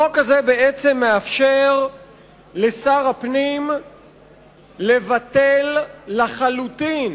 החוק הזה בעצם מאפשר לשר הפנים לבטל לחלוטין,